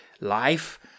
life